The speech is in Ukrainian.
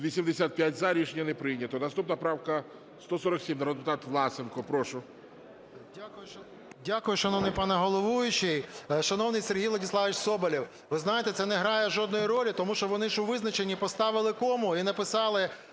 За-85 Рішення не прийнято. Наступна правка 147, народний депутат Власенко. Прошу. 13:47:48 ВЛАСЕНКО С.В. Дякую, шановний пане головуючий. Шановний Сергій Владиславович Соболєв, ви знаєте, це не грає жодної ролі, тому що вони у визначенні поставили кому і написали,